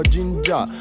Ginger